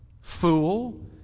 Fool